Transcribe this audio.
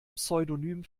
pseudonym